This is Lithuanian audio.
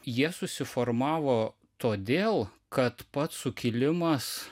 jie susiformavo todėl kad pats sukilimas